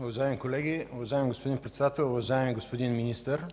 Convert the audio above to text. Уважаеми колеги, уважаеми господин Председател, уважаеми господин Министър!